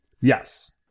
Yes